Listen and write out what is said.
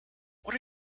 what